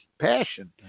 passion